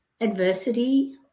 adversity